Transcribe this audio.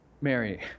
Mary